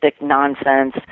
nonsense